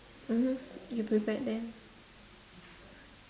mmhmm you prepared them